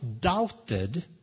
doubted